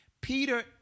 Peter